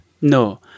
No